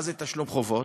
מה זה תשלום חובות?